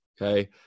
Okay